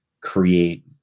create